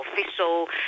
official